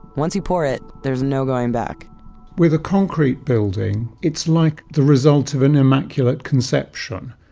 once you pour it, there's no going back with a concrete building. it's like the result of an immaculate conception.